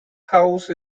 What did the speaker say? house